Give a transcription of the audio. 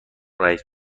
رئیس